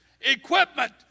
equipment